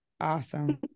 Awesome